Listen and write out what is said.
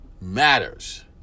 matters